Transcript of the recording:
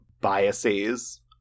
biases